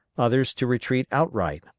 others to retreat outright,